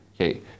okay